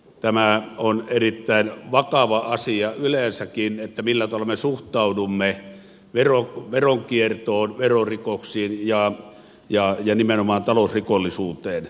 tämä on erittäin vakava asia yleensäkin millä tavalla me suhtaudumme veronkiertoon verorikoksiin ja nimenomaan talousrikollisuuteen